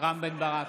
רם בן ברק,